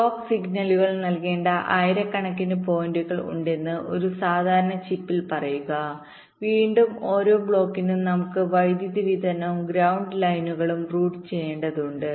clock സിഗ്നലുകൾ നൽകേണ്ട ആയിരക്കണക്കിന് പോയിന്റുകൾ ഉണ്ടെന്ന് ഒരു സാധാരണ ചിപ്പിൽ പറയുക വീണ്ടും ഓരോ ബ്ലോക്കിനും നമുക്ക് വൈദ്യുതി വിതരണവും ഗ്രൌണ്ട് ലൈനുകളുംറൂട്ട് ചെയ്യേണ്ടതുണ്ട്